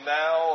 now